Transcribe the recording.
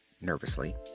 nervously